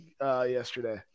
yesterday